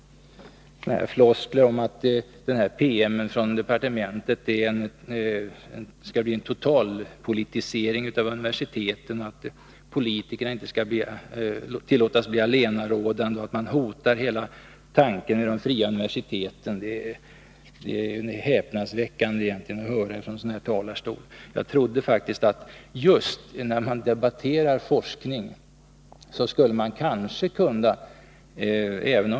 Floskler om att PM:en från departementet syftar till en totalpolitisering av universiteten, att politikerna inte skall tillåtas bli allenarådande och att man hotar hela tanken med de fria universiteten. Det är egentligen häpnadsväckande att det skall sägas från riksdagens talarstol.